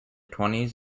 twenties